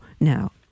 Now